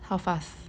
how fast